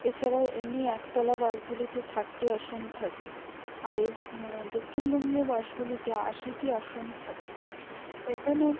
এছাড়াও এমনি একতলা বাসগুলিতে ষাটটি আসন থাকে আর দক্ষিণবঙ্গীয় বাসগুলিতে আশিটি আসন থাকে এখানে